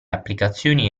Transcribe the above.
applicazioni